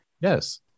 Yes